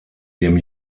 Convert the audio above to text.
dem